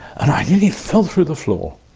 and i nearly fell through the floor.